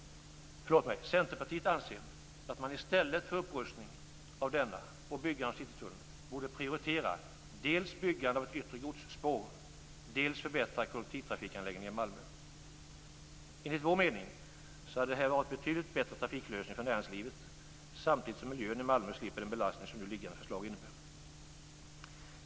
Centerpartiet anser att man i stället för upprustning av denna och byggande av Citytunneln borde prioritera dels byggande av ett yttre godsspår, dels förbättra kollektivtrafikanläggningarna i Malmö. Enligt vår mening hade detta varit en betydligt bättre trafiklösning för näringslivet, samtidigt som miljön i Malmö skulle slippa den belastning som nu liggande förslag innebär.